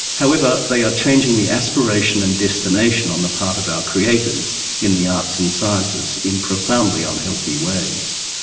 however they are changing the aspiration and destination on the part of our creators in the arts and sciences in profoundly unhealthy ways.